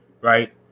Right